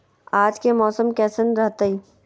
आज के मौसम कैसन रहताई?